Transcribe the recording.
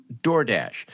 DoorDash